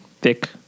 thick